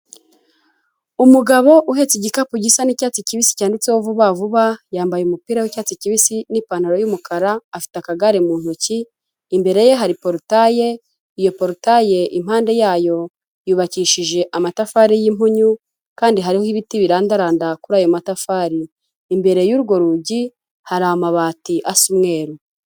Umugabo uhetse igikapu gisa n'icyatsi kibisi cyanditseho vuba vuba yambaye umupira w'icyatsi kibisi n'ipantaro y'umukara afite akagare mu ntoki imbere ye hari porotaye iyo porotaye impande yayo yubakishije amatafari y'impunyu kandi hariho ibiti birandaranda kuri ayo matafari imbere y'urwo rugi hari amabati asa umweru.